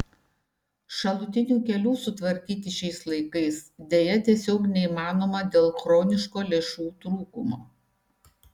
šalutinių kelių sutvarkyti šiais laikais deja tiesiog neįmanoma dėl chroniško lėšų trūkumo